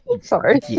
Sorry